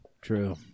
True